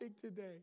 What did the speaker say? today